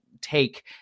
take